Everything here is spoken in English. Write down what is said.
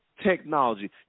technology